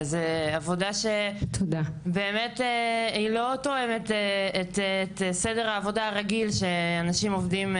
זו עבודה שלא תואמת את סדר העבודה הרגיל שאנשים עובדים,